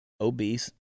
obese